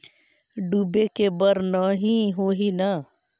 डूबे के बर नहीं होही न?